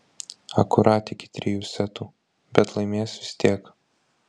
akurat iki trijų setų bet laimės vis tiek